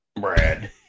Brad